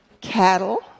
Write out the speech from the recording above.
cattle